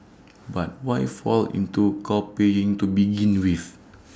but why fall into copying to begin with